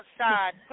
outside